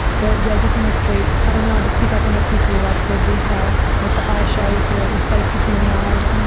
but yeah just on the street, i don't know, i just pick up on it quickly, like the detail, like the eye shape or the space between the eyes, and